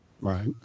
Right